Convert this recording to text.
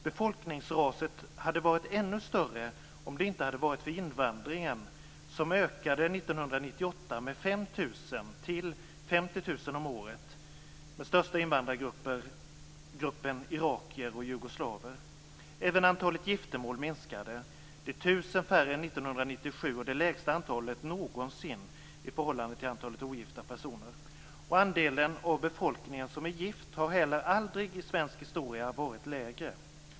Befolkningsraset hade varit ännu större om det inte hade varit för invandringen som 1998 ökade med 5 000 personer till 50 000 om året. De största invandrargrupperna är irakier och jugoslaver. Även antalet giftermål minskade. Det är 1 000 färre än 1997 och det lägsta antalet någonsin i förhållande till antalet ogifta personer. Andelen av befolkningen som är gift har heller aldrig i svensk historia varit lägre.